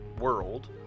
world